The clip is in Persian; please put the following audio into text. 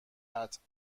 قطعا